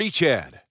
Chad